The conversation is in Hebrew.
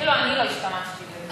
אפילו אני לא השתמשתי במילים כאלה.